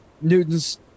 newton's